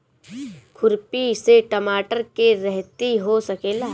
खुरपी से टमाटर के रहेती हो सकेला?